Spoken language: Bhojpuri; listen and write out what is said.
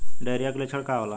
डायरिया के लक्षण का होला?